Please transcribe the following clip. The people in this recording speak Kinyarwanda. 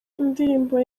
indirimbo